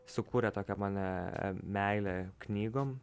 sukūrė tokią mane meilę knygom